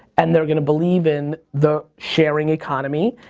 and they're gonna believe in the sharing economy,